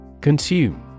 Consume